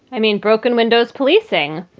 i mean, broken windows policing.